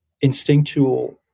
instinctual